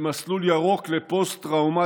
במסלול ירוק לפוסט-טראומטיים,